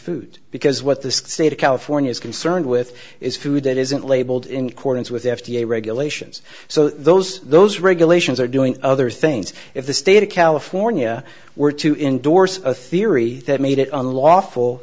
food because what the state of california is concerned with is food that isn't labeled in cordons with f d a regulations so those those regulations are doing other things if the state of california were to indorse a theory that made it unlawful